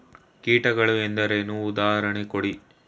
ಕೀಟಗಳು ಎಂದರೇನು? ಉದಾಹರಣೆ ಕೊಡಿ?